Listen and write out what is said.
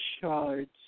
shards